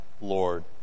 Lord